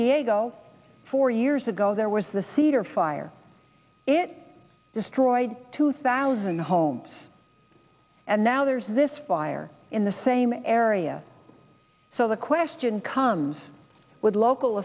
diego four years ago there was the cedar fire it destroyed two thousand homes and now there's this fire in the same area so the question comes with local